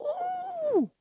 oh